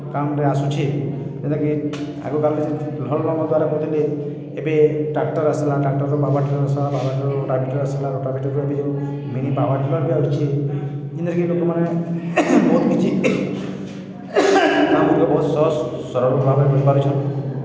କାମ୍ରେ ଆସୁଛେ ଯେନ୍ଟାକି ଆଗ କାଲରେ ଯେ ହଲ୍ ନଙ୍ଗଲ୍ ଦ୍ୱାରା ଜୁତୁଥିଲେ ଏବେ ଟ୍ରାକ୍ଟର୍ ଆସ୍ଲା ଟ୍ରାକ୍ଟର୍ରୁ ପାୱାର୍ ଟିଲର୍ ଆସ୍ଲା ପାୱାର୍ଟିଲର୍ରୁ ରୋଟାବେଟର୍ ଆସ୍ଲା ରୋଟାବେଟର୍ରୁ ଏବେ ଯୋଉ ମିନି ପାୱାର୍ ଟିଲର୍ ବି ଆଉଛେ ଯେନେକି ଲୋକ୍ମାନେ ବହୁତ୍ କିଛି କାମ୍ଗୁଡ଼ିକ ବହୁତ ସହଜ୍ ସରଲ୍ ଭାବ୍ରେ କରିପାରୁଛନ୍